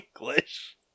English